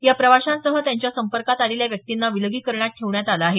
या प्रवाशांसह त्यांच्या संपर्कात आलेल्या व्यक्तींना विलगीरकणात ठेवण्यात आलं आहे